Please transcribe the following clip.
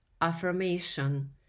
affirmation